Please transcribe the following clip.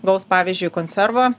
gaus pavyzdžiui konservo